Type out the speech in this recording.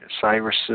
Cyrus